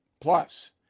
Plus